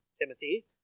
Timothy